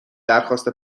درخواست